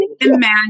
imagine